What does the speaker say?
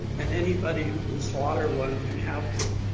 and anybody who can slaughter one can have one.